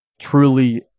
truly